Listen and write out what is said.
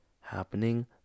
happening